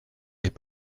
est